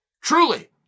Truly